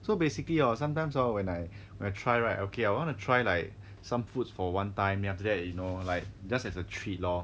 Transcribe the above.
so basically hor sometimes hor when I I try right okay I want to try like some foods for one time then after that you know like just as a treat lor